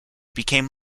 became